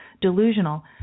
delusional